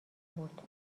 بود